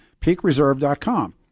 peakreserve.com